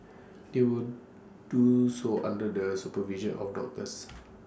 they will do so under the supervision of doctors